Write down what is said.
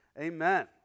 Amen